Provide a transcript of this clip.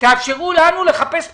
תאפשרו לנו לחפש פתרון.